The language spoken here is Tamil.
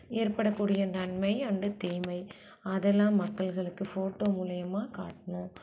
ஏற்படக் கூடிய நன்மை அண்டு தீமை அதெல்லாம் மக்கள்களுக்கு ஃபோட்டோ மூலயமா காட்டணும்